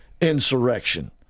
insurrection